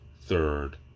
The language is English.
third